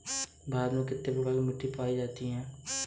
भारत में कितने प्रकार की मिट्टी पायी जाती है?